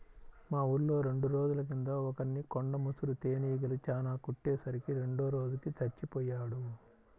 మా ఊర్లో రెండు రోజుల కింద ఒకర్ని కొండ ముసురు తేనీగలు చానా కుట్టే సరికి రెండో రోజుకి చచ్చిపొయ్యాడు